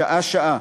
שעה-שעה,